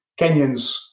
Kenyans